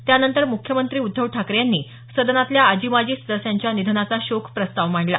त्यानंतर मुख्यमंत्री उद्धव ठाकरे यांनी सदनातल्या आजी माजी सदस्यांच्या निधनाचा शोक प्रस्ताव मांडला